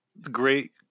great